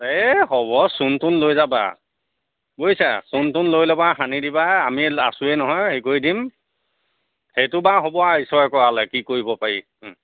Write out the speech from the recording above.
এই হ'ব চূণ তুন লৈ যাবা বুজিছা চূণ তুন লৈ ল'বা সানি দিবা আমি আছোঁৱে নহয় হেৰি কৰি দিম সেইটো বাৰু হ'ব আৰু ঈশ্বৰে কৰালে কি কৰিব পাৰি